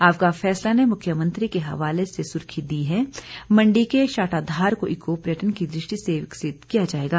आपका फैसला ने मुख्यमंत्री के हवाले से सुर्खी दी है मंडी के शाटाधार को ईको पर्यटन की दृष्टि से विकसित किया जाएगा